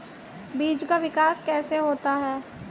बीज का विकास कैसे होता है?